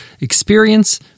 experience